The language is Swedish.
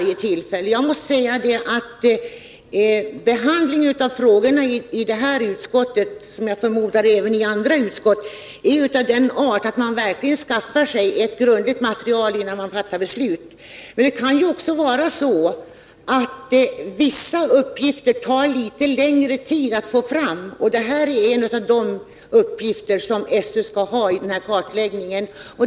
Jag måste säga att behandlingen i utbildningsutskottet— och jag förmodar även i andra utskott — är av den arten att man verkligen skaffar sig ett grundligt material, innan man fattar beslut. Vissa uppgifter kan ta litet längre tid att få fram, och i det här ärendet är de uppgifter av betydelse som skolöverstyrelsen skall ta fram i sin kartläggning.